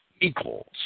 equals